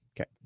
Okay